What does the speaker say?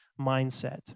mindset